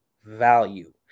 value